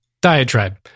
diatribe